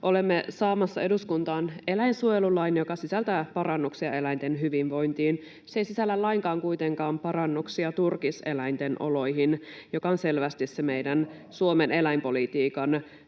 Olemme saamassa eduskuntaan eläinsuojelulain, joka sisältää parannuksia eläinten hyvinvointiin. Se ei kuitenkaan sisällä lainkaan parannuksia turkiseläinten oloihin, joka on selvästi se meidän Suomen eläinpolitiikan pimeä